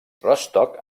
rostock